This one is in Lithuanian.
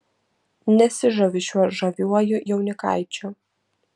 nesižaviu šiuo žaviuoju jaunikaičiu